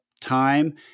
time